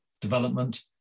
development